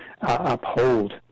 uphold